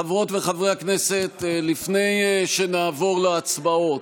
חברות וחברי הכנסת, לפני שנעבור להצבעות,